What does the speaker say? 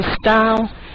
style